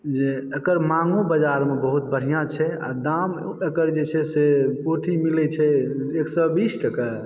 जे एकर माँगो बाजारमे बहुत बढ़िआँ छै आ दाम एकर जे छै से पोठी मिलैत छै एक सए बीस टका